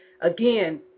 again